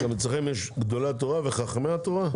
גם אצלכם יש גדולי התורה וחכמי התורה?